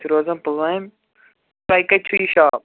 أسۍ چھِ روزَان پُلوامہ تۄہہِ کَتہِ چھُو یہِ شاپ